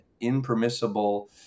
impermissible